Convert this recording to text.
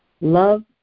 love